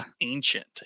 ancient